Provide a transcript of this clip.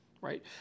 right